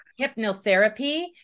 hypnotherapy